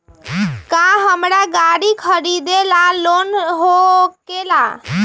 का हमरा गारी खरीदेला लोन होकेला?